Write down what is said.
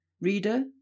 Reader